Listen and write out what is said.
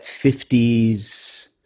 50s